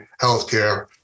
healthcare